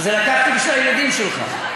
לקחתי בשביל הילדים שלך.